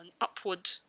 upward